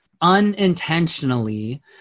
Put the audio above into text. unintentionally